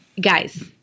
Guys